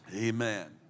Amen